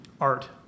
art